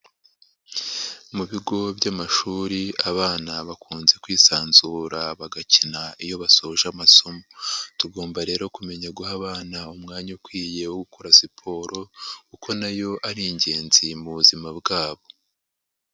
Mu bigo by'amashuri abana bakunze kwisanzura bagakina iyo basoje amasomo, tugomba rero kumenya guha abana umwanya ukwiye wo gukora siporo kuko na yo ari ingenzi mu buzima bwabo.